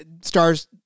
Stars